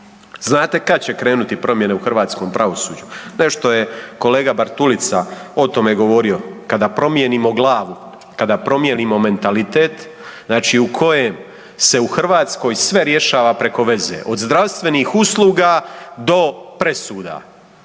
Znate kad će krenuti promjene u hrvatskom pravosuđu? Nešto je kolega Bartulica o tome govorio, kada promijenimo glavu, kada promijenimo mentalitet, znači u kojem se u Hrvatskoj sve rješava preko veze, od zdravstvenih usluga do presuda.